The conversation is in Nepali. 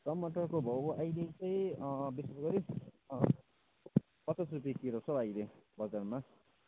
टमाटरको भाउ अहिले चाहिँ विशेष गरी पचास रुपियाँ किलो छ हौ अहिले बजारमा